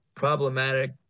problematic